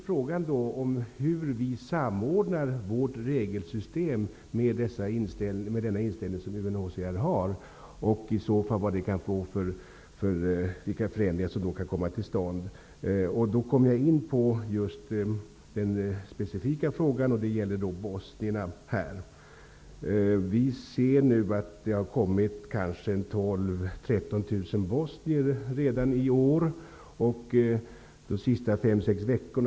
Frågan är då hur vi samordnar vårt regelsystem med den inställning som UNHCR har och vilka förändringar som i så fall kan komma till stånd. Jag kommer därigenom in på den specifika frågan om bosnierna. Det har nu kommit kanske 12 000-- 13 000 bosnier till Sverige redan i år.